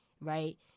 Right